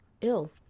ill